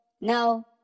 No